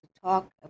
talk